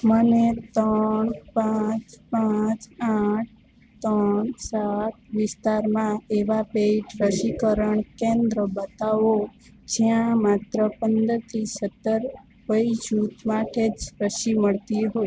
મને ત્રણ પાંચ પાંચ આઠ તણ સાત વિસ્તારમાં એવા પેઈડ રસીકરણ કેન્દ્ર બતાવો જ્યાં માત્ર પંદરથી સત્તર વય જૂથ માટે જ રસી મળતી હોય